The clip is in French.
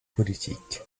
politique